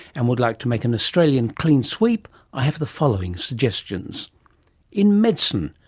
and would like to make an australian clean sweep, i have the following suggestions in medicine,